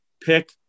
pick